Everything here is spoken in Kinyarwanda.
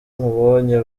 nkubonye